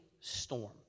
storm